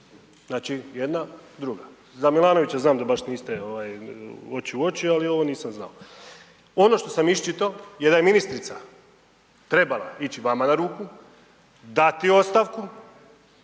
Znači jedna, druga. Za Milanovića znam da baš niste oči u oči ali ovo nisam znao. Ono što sam iščitao je da je ministrica trebala ići vama na ruku, dati ostavku,